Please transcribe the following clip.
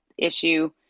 Issue